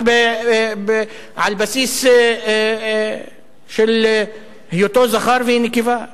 רק על בסיס של היותו זכר והיא נקבה,